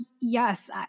yes